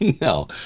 No